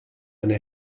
eine